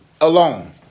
Alone